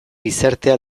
gizartea